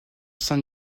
san